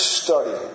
study